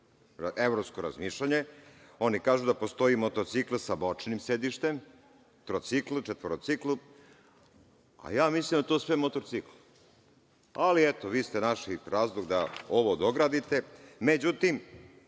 evropsko razmišljanje, oni kažu da postoji motorcikl sa bočnim sedištem, trocikl, četvorocikl. A ja mislim da je sve to motorcikl. Ali, eto vi ste našli razlog da ovo dogradite.